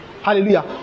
Hallelujah